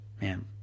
Man